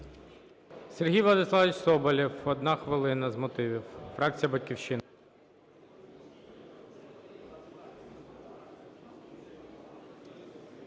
Сергій Владиславович Соболєв, одна хвилина, з мотивів, фракція "Батьківщина".